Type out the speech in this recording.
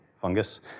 fungus